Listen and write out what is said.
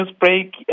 Newsbreak